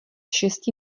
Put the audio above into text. šesti